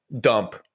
dump